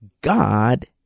God